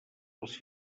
els